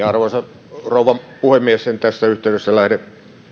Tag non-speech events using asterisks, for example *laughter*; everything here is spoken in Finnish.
*unintelligible* arvoisa rouva puhemies en tässä yhteydessä lähde